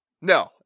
No